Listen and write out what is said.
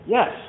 Yes